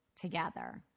together